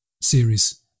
series